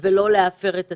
ולא להפר את הסגר.